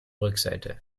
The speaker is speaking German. rückseite